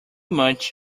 much